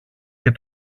και